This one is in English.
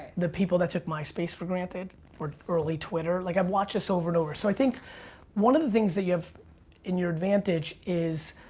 the people that took myspace for granted or early twitter. like, i've watched this over and over. so i think one of the things that you have in your advantage is